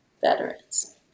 veterans